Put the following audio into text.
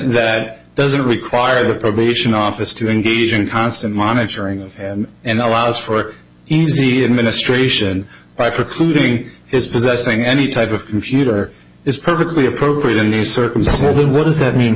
that doesn't require the probation office to engage in constant monitoring and allows for easy administration by precluding his possessing any type of computer is perfectly appropriate in these circumstances what does that mean